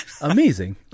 amazing